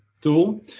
Tool